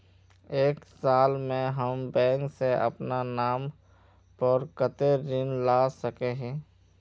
एक साल में हम बैंक से अपना नाम पर कते ऋण ला सके हिय?